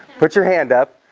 put your hand up.